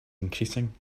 increasing